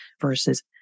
versus